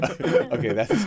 Okay